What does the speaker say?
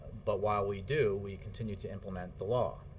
but while we do, we continue to implement the law.